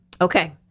Okay